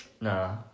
Nah